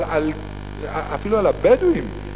אפילו על הבדואים,